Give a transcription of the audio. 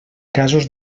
casos